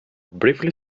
briefly